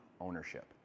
Ownership